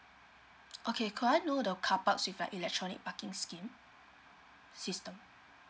okay could I know the carparks with like electronic parking scheme system